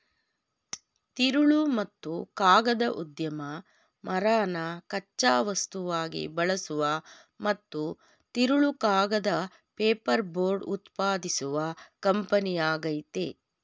ತಿರುಳು ಮತ್ತು ಕಾಗದ ಉದ್ಯಮ ಮರನ ಕಚ್ಚಾ ವಸ್ತುವಾಗಿ ಬಳಸುವ ಮತ್ತು ತಿರುಳು ಕಾಗದ ಪೇಪರ್ಬೋರ್ಡ್ ಉತ್ಪಾದಿಸುವ ಕಂಪನಿಯಾಗಯ್ತೆ